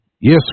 Yes